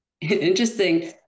Interesting